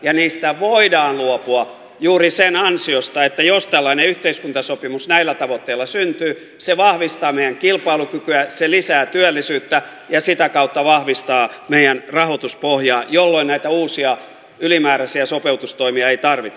ja niistä voidaan luopua juuri sen ansiosta että jos tällainen yhteiskuntasopimus näillä tavoitteilla syntyy se vahvistaa meidän kilpailukykyä se lisää työllisyyttä ja sitä kautta vahvistaa meidän rahoituspohjaa jolloin näitä uusia ylimääräisiä sopeutustoimia ei tarvita